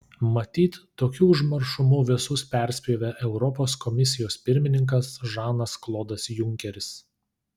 matyt tokiu užmaršumu visus perspjovė europos komisijos pirmininkas žanas klodas junkeris